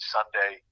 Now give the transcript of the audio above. Sunday